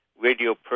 radio